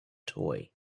toy